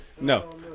no